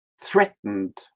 threatened